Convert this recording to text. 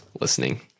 listening